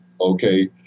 Okay